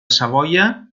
savoia